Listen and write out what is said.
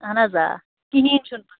اَہَن حظ آ کِہیٖنۍ چھُنہٕ پر